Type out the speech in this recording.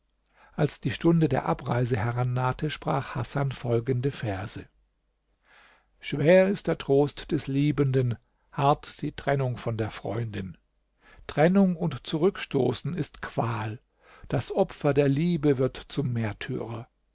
als die stunde der abreise herannahte sprach hasan folgende verse schwer ist der trost des liebenden hart die trennung von der freundin trennung und zurückstoßen ist qual das opfer der liebe wird zum märtyrer